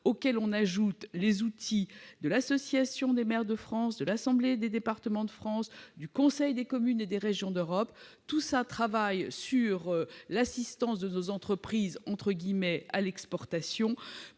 tout cela s'ajoutent les outils de l'Association des maires de France, de l'Assemblée des départements de France et du Conseil des communes et régions d'Europe. Tous travaillent « sur l'assistance de nos entreprises » à l'exportation.